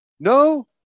No